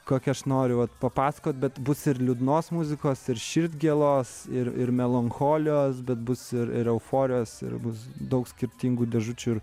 kokį aš noriu vat papasakoti bet bus ir liūdnos muzikos ir širdgėlos ir ir melancholijos bet bus ir ir euforijos ir bus daug skirtingų dėžučių ir